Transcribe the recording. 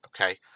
Okay